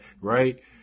Right